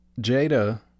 Jada